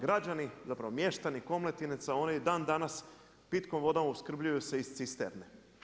Građani, zapravo mještani Komletinaca, oni dan danas pitkom vodom opskrbljuju se iz cisterne.